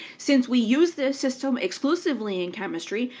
since we use this system exclusively in chemistry,